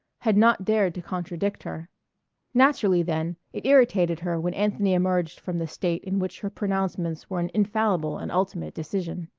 had not dared to contradict her naturally, then, it irritated her when anthony emerged from the state in which her pronouncements were an infallible and ultimate decision.